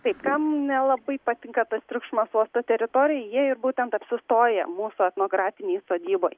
taip kam nelabai patinka tas triukšmas uosto teritorijoje jie ir būtent apsistoja mūsų etnografinėj sodyboj